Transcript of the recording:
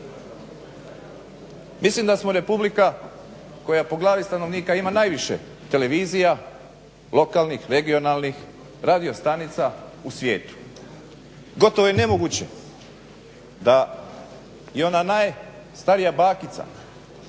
Mislim da smo republika koja po glavi stanovnika ima najviše televizija, lokalnih, regionalnih radio stanica u svijetu. Gotovo je nemoguće da i ona najstarija bakica